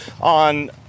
on